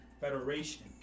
Federation